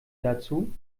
dazu